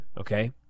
okay